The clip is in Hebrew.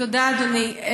תודה, אדוני.